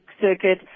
circuit –